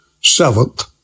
Seventh